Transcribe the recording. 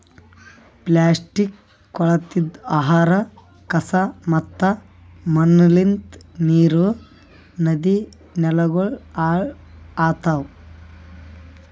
plastic, ಕೊಳತಿದ್ ಆಹಾರ, ಕಸಾ ಮತ್ತ ಮಣ್ಣಲಿಂತ್ ನೀರ್, ನದಿ, ನೆಲಗೊಳ್ ಹಾಳ್ ಆತವ್